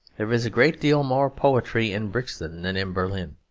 there is a great deal more poetry in brixton than in berlin.